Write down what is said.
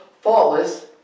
faultless